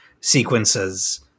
sequences